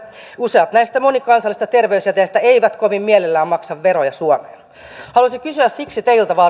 useat näistä monikansallisista terveysjäteistä eivät kovin mielellään maksa veroja suomeen haluaisin kysyä siksi teiltä